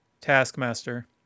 taskmaster